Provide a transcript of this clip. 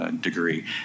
degree